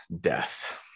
death